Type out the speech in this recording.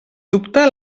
dubte